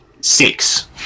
Six